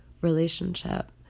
relationship